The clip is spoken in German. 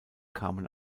kamen